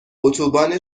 اتوبان